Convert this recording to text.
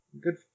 Good